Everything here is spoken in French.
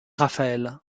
rafael